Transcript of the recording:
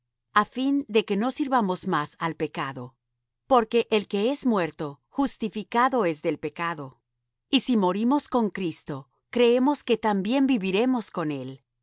á fin de que no sirvamos más al pecado porque el que es muerto justificado es del pecado y si morimos con cristo creemos que también viviremos con él